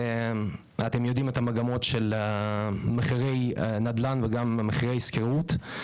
אתם יודעים את המגמות של מחירי הנדל"ן וגם מחירי שכירות.